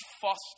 foster